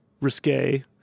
risque